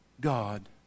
God